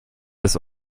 das